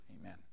Amen